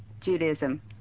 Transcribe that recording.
Judaism